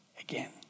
again